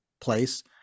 place